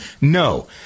No